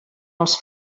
els